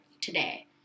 today